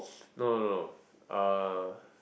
no no no uh